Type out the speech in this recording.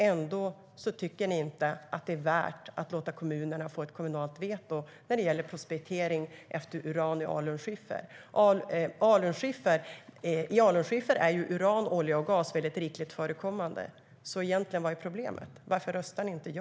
Ändå tycker ni inte att det är värt att låta kommunerna få lägga in ett kommunalt veto när det gäller prospektering efter uran i alunskiffer. I alunskiffer är uran, olja och gas rikligt förekommande. Vad är problemet? Varför röstar ni inte ja?